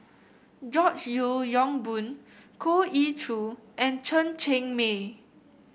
George Yeo Yong Boon Goh Ee Choo and Chen Cheng Mei